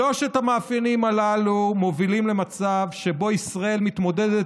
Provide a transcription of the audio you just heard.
שלושת המאפיינים הללו מובילים למצב שבו ישראל מתמודדת